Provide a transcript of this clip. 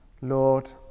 Lord